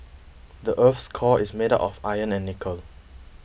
the earth's core is made of iron and nickel